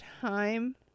time